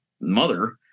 mother